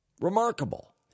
Remarkable